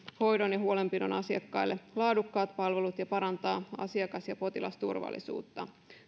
hoidon ja huolenpidon asiakkaille laadukkaat palvelut ja parantaa asiakas ja potilasturvallisuutta